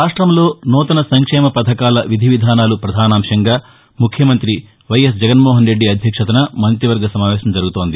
రాష్టంలో నూతన సంక్షేమపథకాల విధివిధానాలు పధానాంశంగా ముఖ్యమంతి వైఎస్ జగన్మోహన్రెడ్డి అధ్యక్షతన మంతి వర్గ సమావేశం జరుగుతోంది